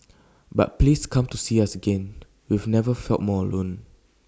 but please come to see us again we've never felt more alone